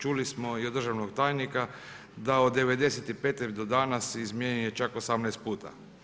Čuli smo i od državnog tajnika da od '95. do danas izmijenjen je čak 18 puta.